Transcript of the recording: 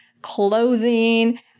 clothing